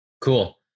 cool